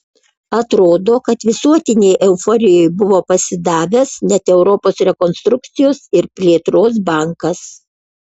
atrodo kad visuotinei euforijai buvo pasidavęs net europos rekonstrukcijos ir plėtros bankas